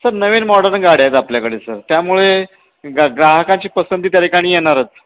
sir नवीन modern गाड्या आहेत आपल्याकडे सर त्यामुळे गा ग्राहकाची पसंती त्या ठिकाणी येणारच